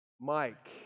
Mike